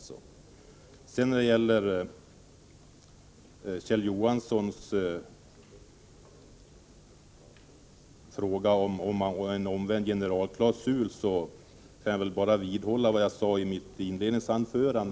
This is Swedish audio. Som svar på Kjell Johanssons fråga om en omvänd generalklausul kan jag bara vidhålla vad jag sade i mitt inledningsanförande.